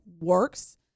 works